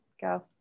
Go